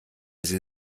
sie